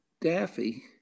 daffy